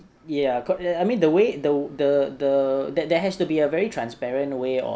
ya co~ I mean the way the the the that there has to be a very transparent way of